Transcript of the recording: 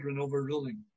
overruling